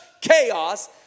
chaos